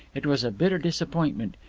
it was a bitter disappointment.